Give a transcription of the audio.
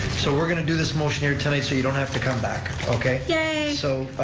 so we're going to do this motion here tonight so you don't have to come back, okay? yay! so,